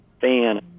fan